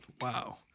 Wow